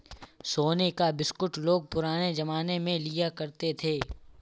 सोने का बिस्कुट लोग पुराने जमाने में लिया करते थे